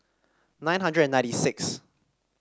nine hundred and ninety six